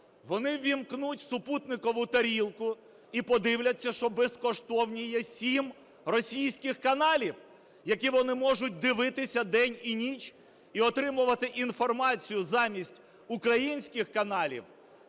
вони увімкнуть супутникову тарілку і подивляться, що безкоштовні є сім російських каналів, які вони можуть дивитися день і ніч і отримувати інформацію, замість українських каналів,